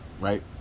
right